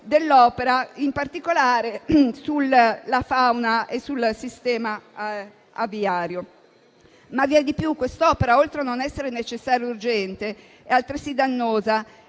dell'opera, in particolare sulla fauna e sul sistema aviario. Vi è di più: quest'opera, oltre a non essere necessaria e urgente, è altresì dannosa.